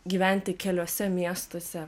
gyventi keliuose miestuose